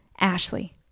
Ashley